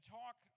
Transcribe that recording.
talk